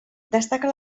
destaca